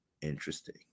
Interesting